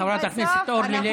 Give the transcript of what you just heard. חברת הכנסת אורלי לוי.